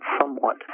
somewhat